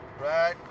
Right